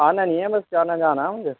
آنا نہیں ہے بس جانا جانا ہے مجھے